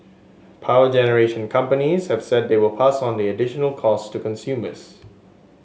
power generation companies have said they will pass on the additional costs to consumers